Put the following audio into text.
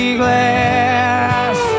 glass